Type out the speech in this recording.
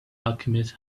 alchemist